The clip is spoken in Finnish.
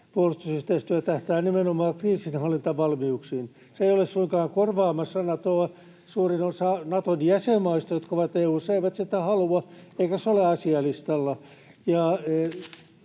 puolustusyhteistyö tähtää nimenomaan kriisinhallintavalmiuksiin. Se ei ole suinkaan korvaamassa Natoa. Suurin osa Naton jäsenmaista, jotka ovat EU:ssa, eivät sitä halua, eikä se ole asialistalla.